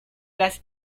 las